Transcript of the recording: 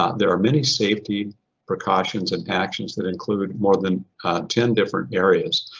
ah there are many safety precautions and actions that include more than ten different areas.